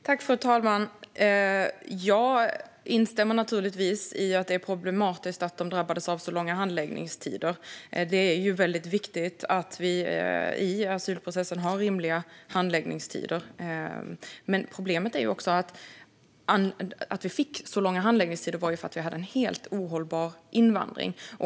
Fru talman! Jag instämmer naturligtvis i att det är problematiskt att de drabbades av så långa handläggningstider. Det är väldigt viktigt att vi i asylprocessen har rimliga handläggningstider. Men att det blev så långa handläggningstider var ju för att vi hade en helt ohållbar invandring.